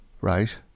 Right